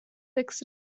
fix